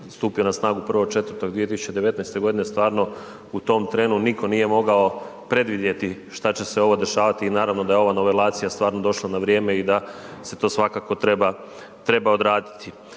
stupio na snagu 1.4.2019.godine, stvarno u tom trenu niko nije mogao predvidjeti šta će se ovo dešavati i naravno da je ova nivelacija stvarno došla na vrijeme i da se to svakako treba odraditi.